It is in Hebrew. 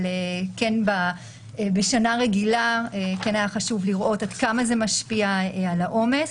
אבל כן בשנה רגילה היה חשוב לראות עד כמה זה משפיע על העומס.